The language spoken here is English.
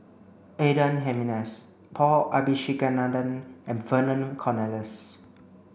Adan Jimenez Paul Abisheganaden and Vernon Cornelius